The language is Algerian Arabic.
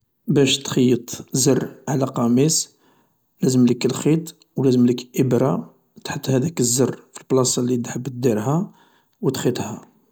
باش تخيط زر على قميص لازملك لخيط و لازملك إبرة و تحط هذاك الزر فلبلاصة لي تحب ديرها و تخيطها.